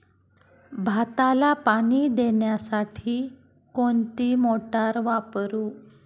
भाताला पाणी देण्यासाठी कोणती मोटार वापरू?